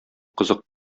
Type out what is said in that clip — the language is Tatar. кызык